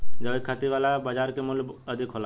जैविक खेती वाला फसल के बाजार मूल्य अधिक होला